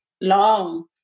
long